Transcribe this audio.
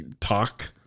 talk